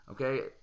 okay